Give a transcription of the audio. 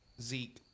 Zeke